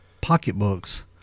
pocketbooks